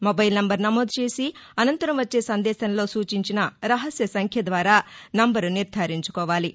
mobile number నమోదు చేసి అనంతరం వచ్చే సందేశంలో సూచించిన రహస్య సంఖ్య ద్వారా నెంబరు నిర్గారించుకోవాలి